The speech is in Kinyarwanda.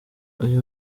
uyu